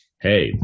hey